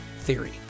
Theory